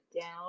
down